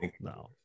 no